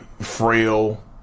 frail